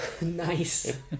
Nice